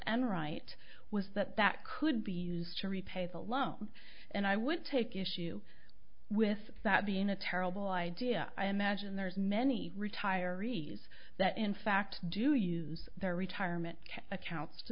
wright was that that could be used to repay the loan and i would take issue with that being a terrible idea i imagine there's many retirees that in fact do use their retirement accounts to